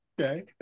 okay